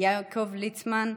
יעקב ליצמן,